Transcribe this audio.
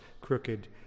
crooked